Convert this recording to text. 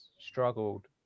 struggled